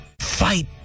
fight